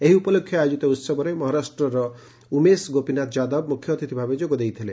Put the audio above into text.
ଏହି ଉପଲକ୍ଷେ ଆୟୋଜିତ ଉହବରେ ମହାରାଷ୍ଟର ଉମେଶ ଗୋପୀନାଥ ଯାଦବ ମୁଖ୍ୟ ଅତିଥ ଭାବେ ଯୋଗ ଦେଇଥିଲେ